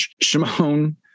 Shimon